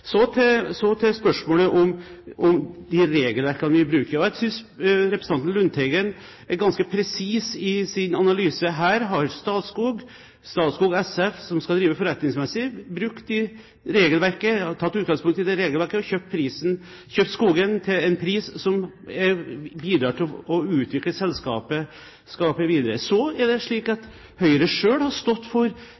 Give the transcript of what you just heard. Så til spørsmålet om de regelverkene vi bruker. Jeg synes representanten Lundteigen er ganske presis i sin analyse. Her har Statskog SF, som skal drive forretningsmessig, tatt utgangspunkt i regelverket og kjøpt skogen til en pris som bidrar til å utvikle selskapet videre. Så er det slik at